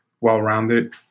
well-rounded